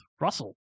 Russell